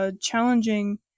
Challenging